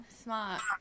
Smart